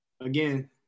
Again